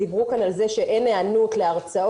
דיברו כאן על זה שאין היענות להרצאות.